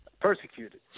persecuted